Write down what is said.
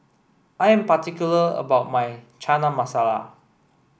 I am particular about my Chana Masala